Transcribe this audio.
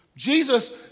Jesus